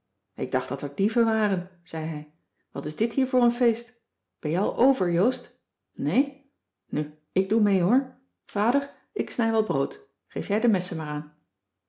ik dacht dat er dieven waren zei hij wat is dit hier voor een feest ben je al over joost nee nu ik doe mee hoor vader ik snijd wel brood geef jij de messen maar